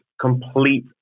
complete